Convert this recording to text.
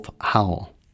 howl